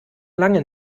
lange